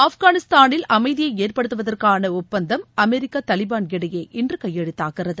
ஆப்கானிஸ்தானில் அமைதியை ஏற்படுத்துவதற்கான ஒப்பந்தம் அமெரிக்கா தாலிபன் இடையே இன்று கையெழுத்தாகிறது